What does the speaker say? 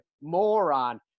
moron